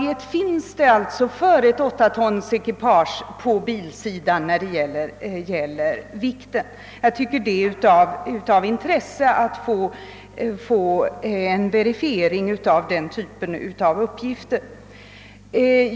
Hur mycket väger alltså en personbil med samma bromseffekt som för ett åttatonsekipage av detta slag?